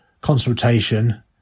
consultation